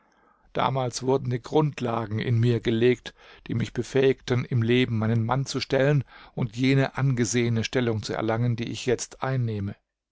damals wurden die grundlagen in mir gelegt die mich befähigten im leben meinen mann zu stellen und jene angesehene stellung zu erlangen die ich jetzt einnehme